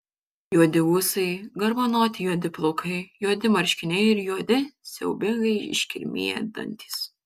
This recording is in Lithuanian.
juodi ūsai garbanoti juodi plaukai juodi marškiniai ir juodi siaubingai iškirmiję dantys